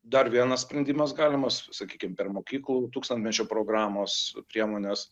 dar vienas sprendimas galimas sakykim per mokyklų tūkstantmečio programos priemones